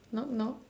knock knock